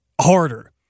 harder